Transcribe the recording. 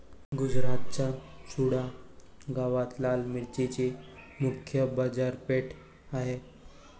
गुजरातच्या चुडा गावात लाल मिरचीची मुख्य बाजारपेठ आहे